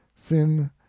thin